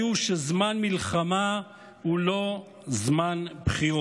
הוא שזמן מלחמה הוא לא זמן בחירות.